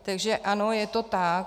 Takže ano, je to tak.